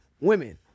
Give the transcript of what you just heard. Women